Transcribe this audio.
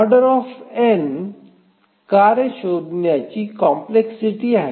Oकार्य शोधण्याची कॉम्प्लेक्सिटी आहे